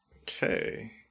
Okay